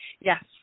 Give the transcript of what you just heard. Yes